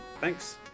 Thanks